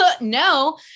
no